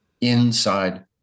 inside